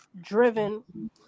driven